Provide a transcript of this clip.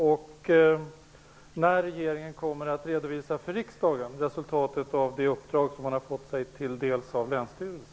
När kommer regeringen att redovisa för riksdagen det uppdrag som man har fått sig till del av länsstyrelsen?